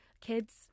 kids